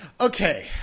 Okay